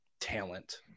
talent